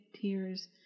tears